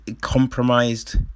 Compromised